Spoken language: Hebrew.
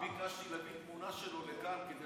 פעם ביקשתי להביא תמונה שלו לכאן כדי